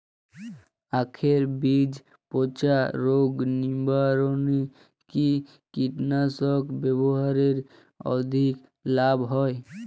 আঁখের বীজ পচা রোগ নিবারণে কি কীটনাশক ব্যবহারে অধিক লাভ হয়?